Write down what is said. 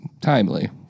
timely